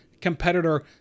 competitor